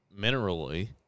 minerally